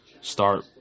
start